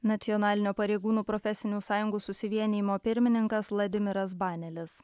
nacionalinio pareigūnų profesinių sąjungų susivienijimo pirmininkas vladimiras banelis